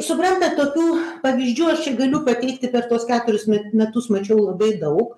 suprantat tokių pavyzdžių aš čia galiu pateikti per tuos keturis me metus mačiau labai daug